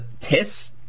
TESS